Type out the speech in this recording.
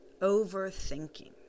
overthinking